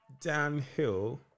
downhill